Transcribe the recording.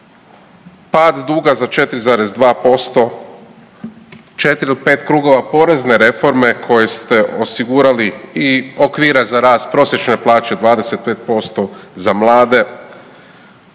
pad duga za 4,2%, 4 ili 5 krugova porezne reforme koje ste osigurali i okvire za rast prosječne plaće 25% za mlade